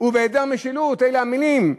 ובהיעדר משילות, אלה המילים,